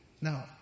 Now